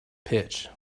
pitch